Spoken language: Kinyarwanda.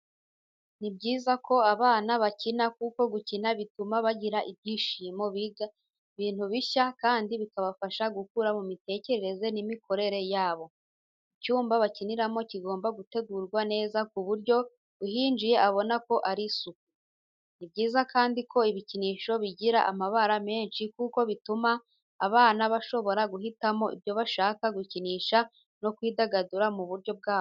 Ni byiza ko abana bakina, kuko gukina bituma bagira ibyishimo, biga ibintu bishya, kandi bikabafasha gukura mu mitekerereze n'imikorere yabo. Icyumba bakiniramo kigomba gutegurwa neza ku buryo uhinjiye abona ko hari isuku. Ni byiza kandi ko ibikinisho bigira amabara menshi kuko bituma abana bashobora guhitamo ibyo bashaka gukinisha no kwidagadura mu buryo bwabo.